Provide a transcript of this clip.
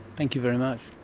thank you very much.